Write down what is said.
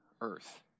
earth